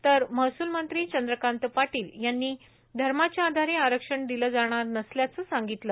तर महसूल मंत्री चंद्रकांत पाटील यांनी धर्माच्या आधारे आरक्षण दिलं जाणार नसल्याचं सांगितलं